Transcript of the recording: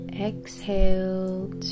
Exhale